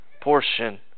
portion